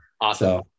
Awesome